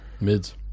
Mids